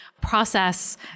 process